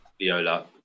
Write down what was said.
viola